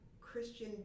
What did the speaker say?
Christian